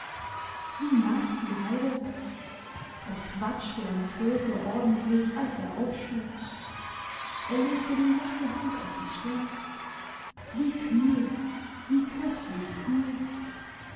wie nass die heide war es quatschte und quirlte ordentlich als er aufschlug er legte die nasse hand auf die stirn wie kühl wie köstlich kühl